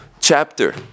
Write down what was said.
chapter